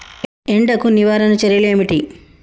ఎండకు నివారణ చర్యలు ఏమిటి?